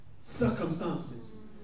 Circumstances